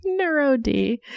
NeuroD